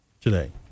today